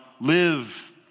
live